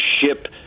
ship